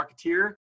marketeer